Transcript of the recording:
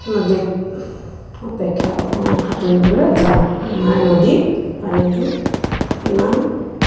নদীত অপেক্ষা সাঁতুৰিবলৈ যাওঁ আমাৰ নদী পানীটো ইমান